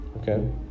okay